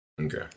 Okay